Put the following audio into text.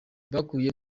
bakuye